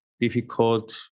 difficult